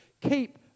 keep